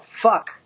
fuck